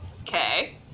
Okay